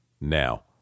now